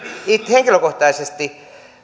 henkilökohtaisesti